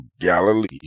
Galilee